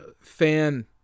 fan –